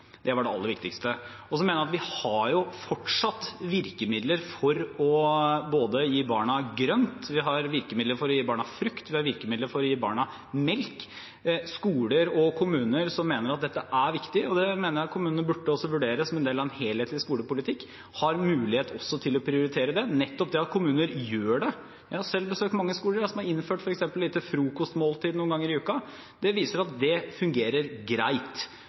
Det var det aller viktigste. Vi har fortsatt virkemidler for å gi barna grønt, frukt og melk. Skoler og kommuner som mener at dette er viktig – og dette mener jeg at kommunene burde vurdere som en del av en helhetlig skolepolitikk – har mulighet til å prioritere det. Nettopp det at kommuner gjør det – jeg har selv besøkt mange skoler som har innført f.eks. et lite frokostmåltid noen ganger i uken – viser at det fungerer greit.